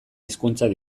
hizkuntzak